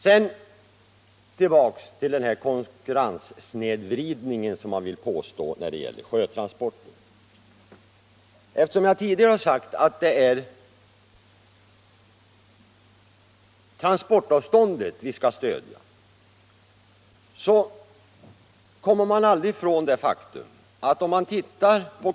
Sedan tillbaka till konkurrenssnedvridningen, som det talades om beträffande sjötransporter. Jag har tidigare sagt att det är själva transportavståndet som skall stödjas.